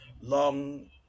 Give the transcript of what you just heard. long